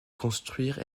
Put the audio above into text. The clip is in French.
construire